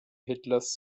hitlers